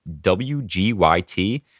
WGYT